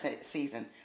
season